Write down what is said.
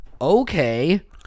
Okay